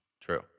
True